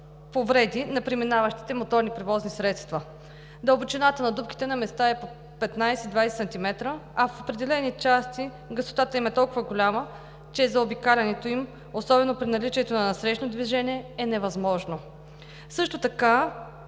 повреди на преминаващите моторни превозни средства. Дълбочината на дупките на места е по 15 – 20 сантиметра, а в определени части гъстота им е толкова голяма, че заобикалянето им, особено при наличието на насрещно движение, е невъзможно. Също така